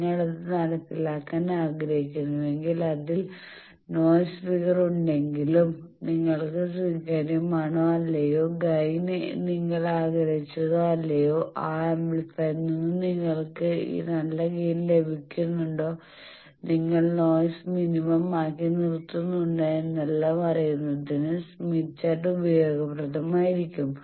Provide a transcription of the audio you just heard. നിങ്ങൾ അത് നടപ്പിലാക്കാൻ ആഗ്രഹിക്കുന്നുവെങ്കിൽ അതിൽ നോയിസ് ഫിഗർ ഉണ്ടെങ്കിലും നിങ്ങൾക്ക് സ്വീകാര്യമാണോ അല്ലയോ ഗൈൻ നിങ്ങൾ ആഗ്രഹിച്ചതോ അല്ലയോ ആ ആംപ്ലിഫയറിൽ നിന്ന് നിങ്ങൾക്ക് നല്ല ഗൈൻ ലഭിക്കുന്നുണ്ടോ നിങ്ങൾ നൊയസ് മിനിമം ആക്കി നിർത്തുന്നുണ്ടോ എന്നെല്ലാം അറിയുന്നതിന് സ്മിത്ത് ചാർട്ട് ഉപയോഗികപ്രദമായിരിക്കും